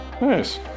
Nice